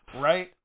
Right